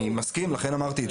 אני מסכים, לכן אמרתי את זה.